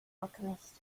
alchemist